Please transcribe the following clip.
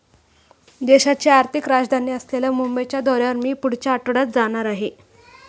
देशाची आर्थिक राजधानी असलेल्या मुंबईच्या दौऱ्यावर मी पुढच्या आठवड्यात जाणार आहे